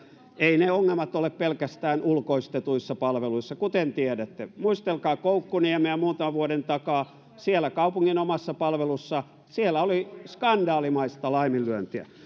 eivät ne ongelmat ole pelkästään ulkoistetuissa palveluissa kuten tiedätte muistelkaa koukkuniemeä muutaman vuoden takaa siellä kaupungin omassa palvelussa oli skandaalimaista laiminlyöntiä